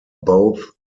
both